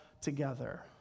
together